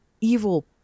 evil